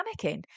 panicking